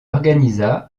organisa